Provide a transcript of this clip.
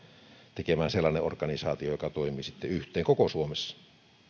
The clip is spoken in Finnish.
tekemään sellaisen organisaation joka toimii sitten yhteen koko suomessa